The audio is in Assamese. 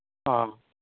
অ'